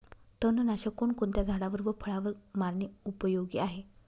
तणनाशक कोणकोणत्या झाडावर व फळावर मारणे उपयोगी आहे?